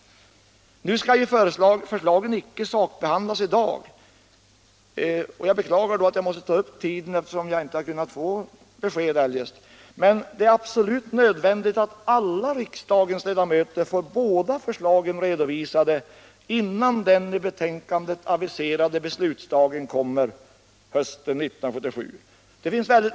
Nu skall förslagen icke sakbehandlas i dag — och jag beklagar att jag måste ta upp kammarens tid, eftersom jag eljest hade kunnat få något besked — men det är absolut nödvändigt att alla riksdagens ledamöter får båda förslagen redovisade innan den i betänkandet aviserade beslutsdagen kommer hösten 1977.